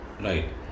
right